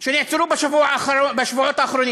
בשבועות האחרונים